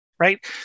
Right